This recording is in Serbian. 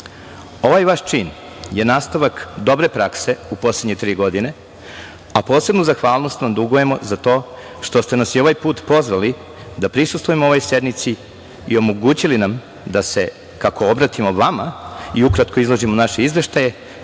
vaš čin je nastavak dobre prakse u poslednje tri godine, a posebnu zahvalnost vam dugujemo za to što ste nas i ovaj put pozvali da prisustvujemo ovoj sednici i omogućili nam da se, kako obratimo vama i ukratko izložimo naše izveštaje,